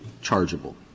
chargeable